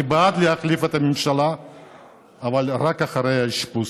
אני בעד להחליף את הממשלה אבל רק אחרי האשפוז.